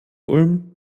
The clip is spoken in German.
ulm